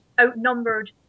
outnumbered